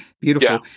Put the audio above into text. beautiful